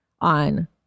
on